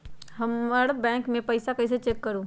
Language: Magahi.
हमर बैंक में पईसा कईसे चेक करु?